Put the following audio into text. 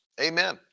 amen